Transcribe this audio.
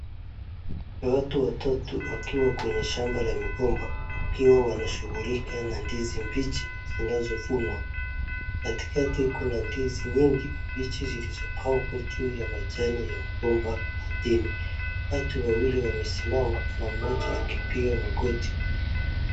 Watu watatu wakiwa kwenye shamba la migomba wakiwa wanashughulika na ndizi mbichi zinazovunwa. katikati kuna ndizi nyingi mbichi zilizopangwa juu ya majani ya mgomba ardhini. Watu wawili wamesimamana mmoja akipiga magoti.